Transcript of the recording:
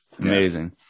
amazing